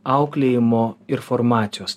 auklėjimo ir formacijos